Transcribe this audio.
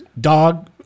dog